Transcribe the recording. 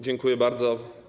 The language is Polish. Dziękuję bardzo.